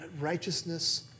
Righteousness